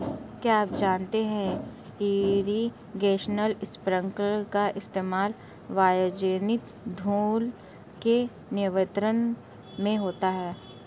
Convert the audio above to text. क्या आप जानते है इरीगेशन स्पिंकलर का इस्तेमाल वायुजनित धूल के नियंत्रण में होता है?